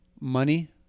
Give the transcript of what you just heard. money